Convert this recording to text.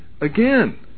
again